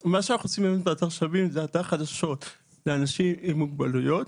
אתר "שווים" זה אתר חדשות לאנשים עם מוגבלויות.